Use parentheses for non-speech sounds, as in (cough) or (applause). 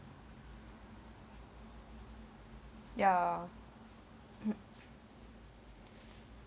ya (coughs)